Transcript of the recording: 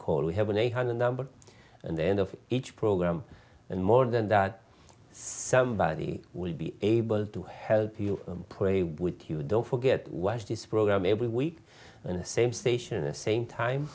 call we have an eight hundred number and the end of each program and more than that somebody will be able to help you play with you don't forget watch this program every week on the same station a same time